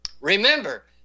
Remember